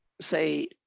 say